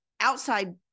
outside